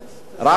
רק רגע.